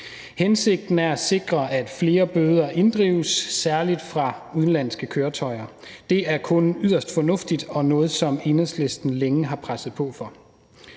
Hensigten er at sikre, at flere bøder inddrives særlig fra udenlandske køretøjer. Det er kun yderst fornuftigt og noget, som Enhedslisten længe har presset på for.